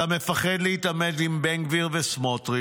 אתה מפחד להתעמת עם בן גביר וסמוטריץ'